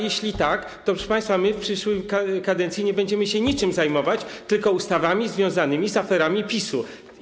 Jeśli tak, to, proszę państwa, my w przyszłej kadencji nie będziemy się niczym zajmować, tylko ustawami związanymi z aferami PiS-u.